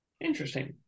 Interesting